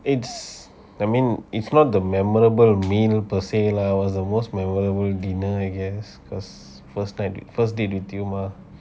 it's I mean is not the memorable meal per se lah was the most memorable dinner I guessed cause first time first date with you mah